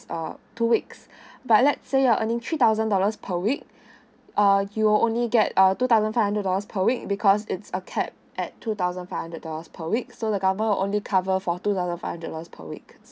uh two weeks but let's say you're earning three thousand dollars per week uh you'll only get uh two thousand five hundred dollars per week because it's a cap at two thousand five hundred dollars per week so the government will only cover for two thousand five hundred dollars per week